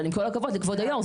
עם כל הכבוד לכבוד היו"ר,